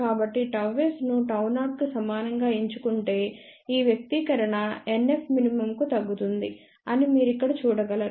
కాబట్టిΓS ను Γ0 కు సమానం గా ఎంచుకుంటే ఈ వ్యక్తీకరణ NFmin కు తగ్గుతుంది అని మీరు ఇక్కడ చూడగలరు